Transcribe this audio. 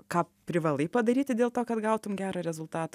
ką privalai padaryti dėl to kad gautum gerą rezultatą